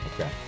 Okay